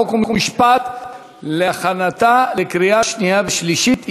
חוקה ומשפט להכנתה לקריאה שנייה ושלישית.